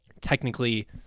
technically